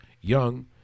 Young